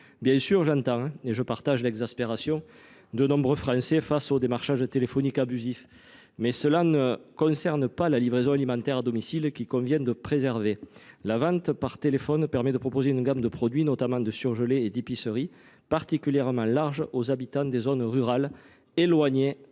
Bien sûr, j'entends et je partage l'exaspération de nombreux Français face au démarchage téléphonique abusif. Mais cela ne concerne pas la livraison alimentaire à domicile qui convient de préserver. La vente par téléphone permet de proposer une gamme de produits, notamment de surgelés et d'épicerie particulièrement larges aux habitants des zones rurales éloignées